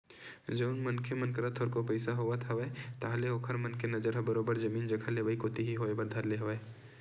जउन मनखे मन करा थोरको पइसा होवत हवय ताहले ओखर मन के नजर ह बरोबर जमीन जघा लेवई कोती ही होय बर धर ले हवय